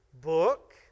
book